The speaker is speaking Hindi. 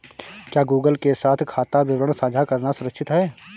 क्या गूगल के साथ खाता विवरण साझा करना सुरक्षित है?